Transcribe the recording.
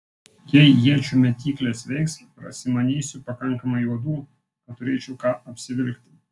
jei iečių mėtyklės veiks prasimanysiu pakankamai odų kad turėčiau ką apsivilkti